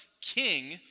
king